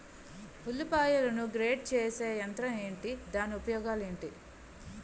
ఉల్లిపాయలను గ్రేడ్ చేసే యంత్రం ఏంటి? దాని ఉపయోగాలు ఏంటి?